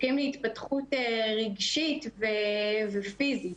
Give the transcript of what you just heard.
זקוקים להתפתחות רגשית ופיזית.